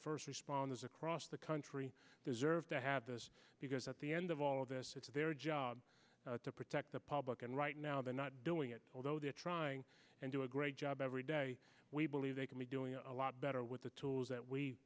first responders across the country deserve to have this because at the end of all of this it's their job to protect the public and right now they're not doing it although they are trying and do a great job every day we believe they can be doing a lot better with the tools that we